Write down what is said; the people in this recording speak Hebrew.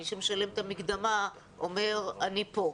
מי שמשלם את המקדמה אומר אני פה,